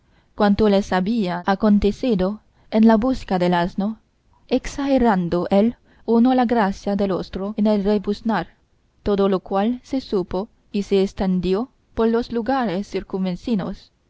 cuanto les había acontecido en la busca del asno exagerando el uno la gracia del otro en el rebuznar todo lo cual se supo y se estendió por los lugares circunvecinos